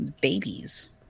babies